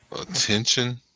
attention